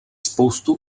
spoustu